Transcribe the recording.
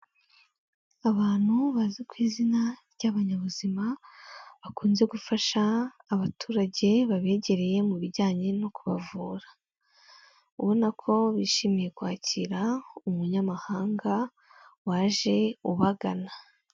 Abantu bazwi ku izina ry'abanyabuzima, bakunze gufasha abaturage babegereye mu bijyanye no kubavura. Ubona ko bishimiye kwakira umunyamahanga, waje ubagana.